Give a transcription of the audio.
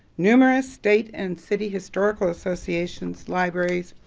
numerous state and city historical associations, libraries,